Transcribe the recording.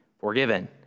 forgiven